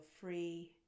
free